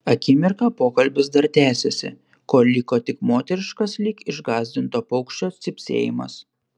akimirką pokalbis dar tęsėsi kol liko tik moteriškas lyg išgąsdinto paukščio cypsėjimas